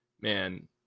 man